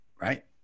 right